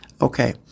Okay